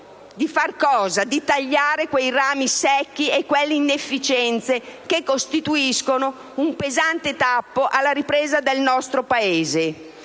intento di tagliare i rami secchi e le inefficienze che costituiscono un pesante tappo per la ripresa del nostro Paese.